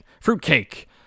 Fruitcake